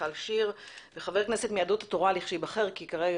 מיכל שיר וחבר כנסת מיהדות התורה לכשיבחר כי כרגע,